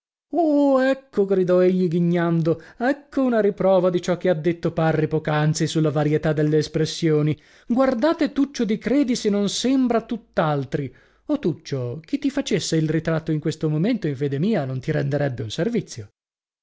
oh ecco gridò egli ghignando ecco una riprova di ciò che ha detto parri poc'anzi sulla varietà delle espressioni guardate tuccio di credi se non sembra tutt'altri o tuccio chi ti facesse il ritratto in questo momento in fede mia non ti renderebbe un servizio